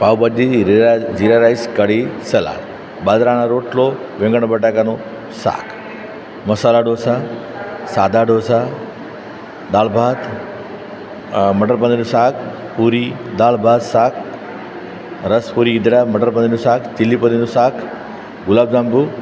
પાવભાજી રીળા jeera rice kadhi salad બાજરાનો રોટલો રીંગણ બટાકાનું શાક મસાલા ઢોંસા સાદા ઢોંસા દાળભાત મટર પનીરનું શાક પૂરી દાળભાત શાક રસપુરી ઇદડાં મટર પનીરનું શાક ચીલી પનીરનું શાક ગુલાબજાંબુ